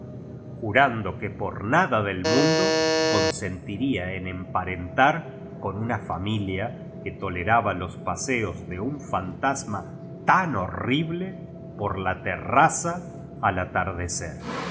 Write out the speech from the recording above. jurando que por nada dd mundo consentiría en emparentar con una familia que toleraba los paseos de un fantasma tan horrible por la terraza at atardecer et